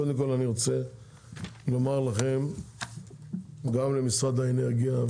אני רוצה לומר לכם תודה גם למשרד האנרגיה,